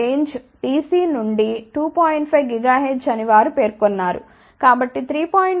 5 GHz అని వారు పేర్కొన్నారు కాబట్టి 3